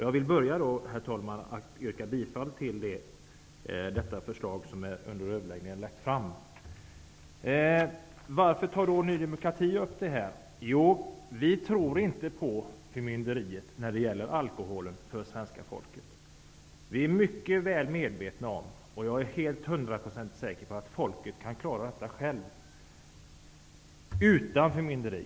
Jag vill börja med att yrka bifall till det förslag som jag under överläggningen har lagt fram. Varför tar Ny demokrati upp den här frågan? Jo, vi tror inte på förmynderi för svenska folket när det gäller alkohol. Jag är hundraprocentigt säker på att folket kan klara detta självt utan förmynderi.